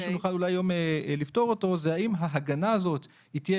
שנוכל לפתור אותו היום הוא האם ההגנה הזאת תהיה